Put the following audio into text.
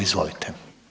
Izvolite.